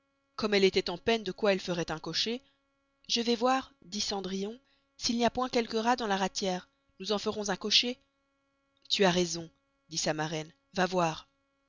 comme elle estoit en peine de quoy elle ferait un cocher je vais voir dit cendrillon s'il n'y a point quelque rat dans la ratiere nous en ferons un cocher tu as raison dit sa maraine va voir